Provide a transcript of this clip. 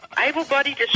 Able-bodied